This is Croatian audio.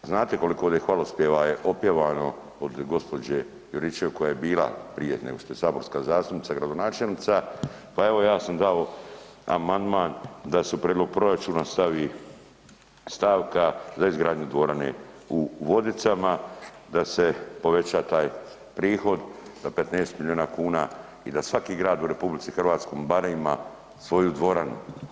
Znate koliko ovdje je hvalospjeva opjevano od gospođe Juričev koja je bila prije nego što je saborska zastupnica gradonačelnica, pa evo ja sam dao amandman da se u prijedlog proračuna stavi stavka za izgradnju dvorane u Vodicama, da se poveća taj prihod da 15 milijuna kuna i da svaki grad u RH barem ima svoju dvoranu.